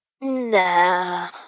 Nah